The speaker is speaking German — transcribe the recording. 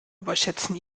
überschätzen